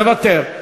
מוותר,